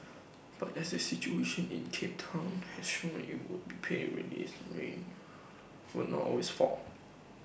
but as the situation in cape Town has shown IT would pay to realise that rain will not always fall